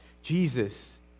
Jesus